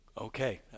Okay